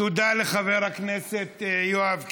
תודה לחבר הכנסת יואב קיש.